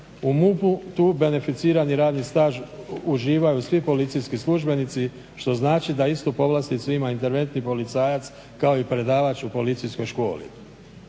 U MUP-u beneficirani radni staž uživaju svi policijski službenici što znači da istu povlasticu ima interventni policajac kao i predavač u Policijskoj školi.